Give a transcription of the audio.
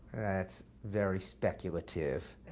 that's very speculative.